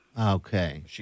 Okay